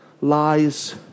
lies